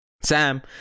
Sam